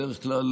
בדרך כלל,